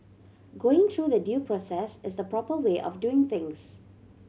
going through the due process is the proper way of doing things